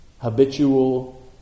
Habitual